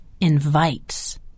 invites